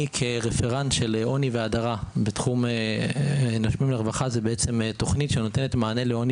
"נושמים ורווחה" זה תכנית שנותנת מענה לעוני